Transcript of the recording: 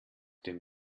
dem